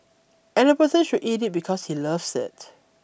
and the person should eat it because he loves it